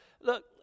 Look